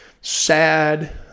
sad